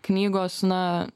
knygos na